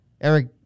Eric